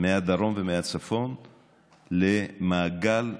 מהדרום ומהצפון למעגל התזונה.